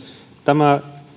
tämä